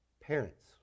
Parents